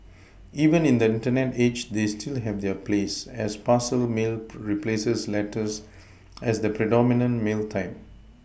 even in the Internet age they still have their place as parcel mail replaces letters as the predominant mail type